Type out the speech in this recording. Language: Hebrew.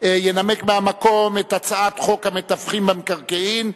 ינמק מהמקום את הצעת חוק המתווכים במקרקעין,